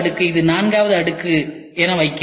இது நான்காவது அடுக்குக்கு வைக்கிறேன்